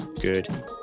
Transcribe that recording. good